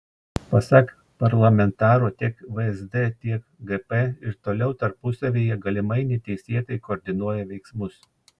pasak parlamentaro tiek vsd tiek gp ir toliau tarpusavyje galimai neteisėtai koordinuoja veiksmus